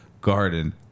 Garden